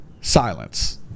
silence